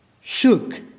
shook